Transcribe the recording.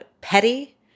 petty